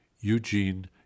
Eugene